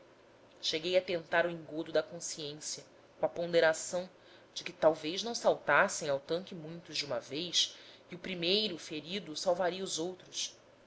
cheguei a tentar o engodo da consciência com a ponderação de que talvez não saltassem ao tanque muitos de uma vez e o primeiro ferido salvaria os outros